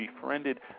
befriended